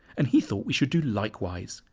and he thought we should do likewise.